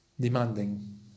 demanding